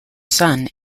son